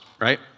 right